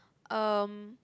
um